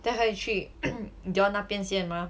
then 他要去 dion 那边先 mah